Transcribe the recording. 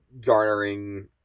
garnering